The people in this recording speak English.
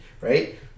right